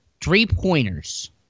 three-pointers